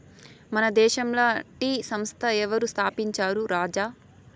మన దేశంల టీ సంస్థ ఎవరు స్థాపించారు రాజా